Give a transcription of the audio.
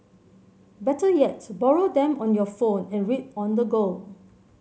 better yet borrow them on your phone and read on the go